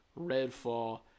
Redfall